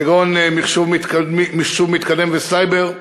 כגון מכשור מתקדם וסייבר,